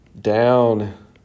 down